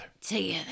Together